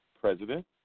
President